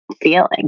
feeling